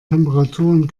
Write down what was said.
temperaturen